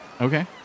Okay